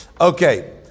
Okay